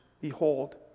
Behold